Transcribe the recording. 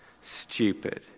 stupid